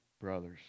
brothers